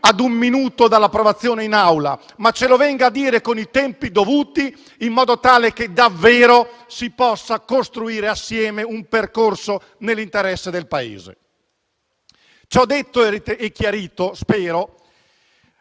di un provvedimento, ma ce lo venga a dire con i tempi dovuti, in modo tale che davvero si possa costruire assieme un percorso nell'interesse del Paese. Ciò detto e chiarito - spero